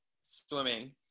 swimming